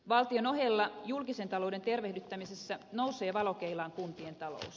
valtion ohella julkisen talouden tervehdyttämisessä nousee valokeilaan kuntien talous